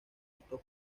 estos